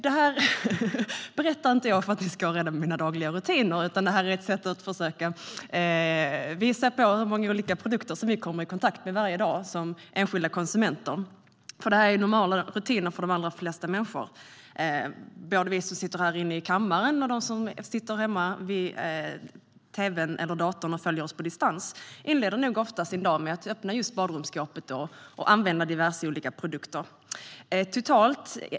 Det här berättar jag inte för att ni ska ha reda på mina dagliga rutiner, utan det är ett försök att visa på hur många olika produkter vi som enskilda konsumenter kommer i kontakt med varje dag. Det här är ju normala rutiner för de allra flesta människor. Både vi här i kammaren och de som sitter hemma vid tv:n eller datorn och följer oss på distans inleder nog ofta dagen med att öppna badrumsskåpet och använda diverse olika produkter.